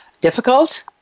difficult